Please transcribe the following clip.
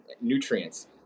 nutrients